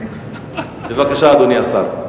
בבקשה, אדוני השר.